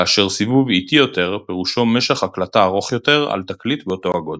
כאשר סיבוב איטי יותר פירושו משך הקלטה ארוך יותר על תקליט באותו הגודל.